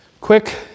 quick